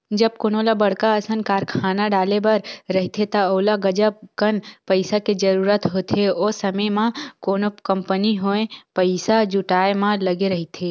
जब कोनो ल बड़का असन कारखाना डाले बर रहिथे त ओला गजब कन पइसा के जरूरत होथे, ओ समे म कोनो कंपनी होय पइसा जुटाय म लगे रहिथे